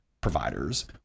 providers